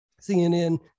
CNN